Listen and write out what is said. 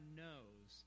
knows